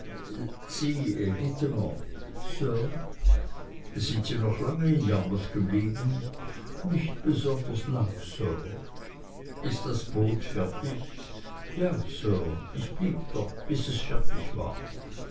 sir sind sie noch lange in yarmouth geblieben nicht besonders lang sir ist das boot fertig ja sir ich blieb dort bis es fertig war